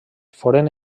foren